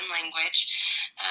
language